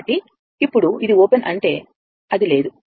కాబట్టి ఇప్పుడు ఇది ఓపెన్ అంటే అది లేదు